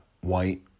white